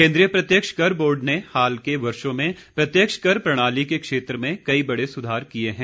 केंद्रीय प्रत्यक्ष कर बोर्ड ने हाल के वर्षों में प्रत्यक्ष कर प्रणाली के क्षेत्र में कई बड़े सुधार किए हैं